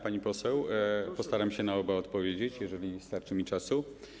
Pani poseł, postaram się na oba odpowiedzieć, jeżeli starczy mi czasu.